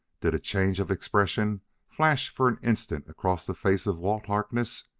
did a change of expression flash for an instant across the face of walt harkness?